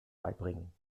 beibringen